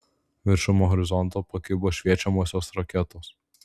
viršum horizonto pakibo šviečiamosios raketos